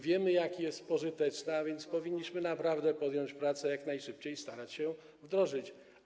Wiemy, jak jest pożyteczna, a więc powinniśmy naprawdę podjąć pracę i jak najszybciej starać się ją wdrożyć.